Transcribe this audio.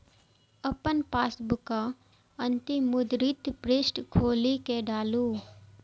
अपन पासबुकक अंतिम मुद्रित पृष्ठ खोलि कें डालू